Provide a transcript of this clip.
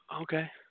Okay